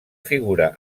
figura